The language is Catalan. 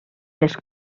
les